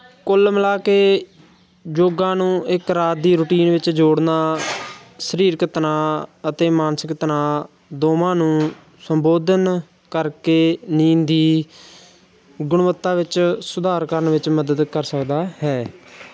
ਕੁੱਲ ਮਿਲਾ ਕੇ ਯੋਗਾ ਨੂੰ ਇੱਕ ਰਾਤ ਦੀ ਰੂਟੀਨ ਵਿੱਚ ਜੋੜਨਾ ਸਰੀਰਕ ਤਣਾਅ ਅਤੇ ਮਾਨਸਿਕ ਤਣਾਅ ਦੋਵਾਂ ਨੂੰ ਸੰਬੋਧਨ ਕਰਕੇ ਨੀਂਦ ਦੀ ਗੁਣਵੱਤਾ ਵਿੱਚ ਸੁਧਾਰ ਕਰਨ ਵਿੱਚ ਮਦਦ ਕਰ ਸਕਦਾ ਹੈ